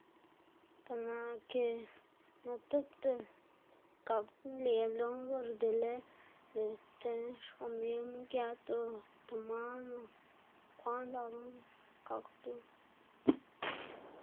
Par na' ke na' tipta gak nle ldo'ná por dele lëꞌ tib xfamilma gët ota tib man o kwaꞌn dzakma gakdu.